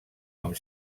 amb